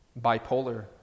bipolar